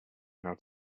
how